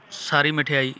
ਸਾਰੀ ਮਠਿਆਈ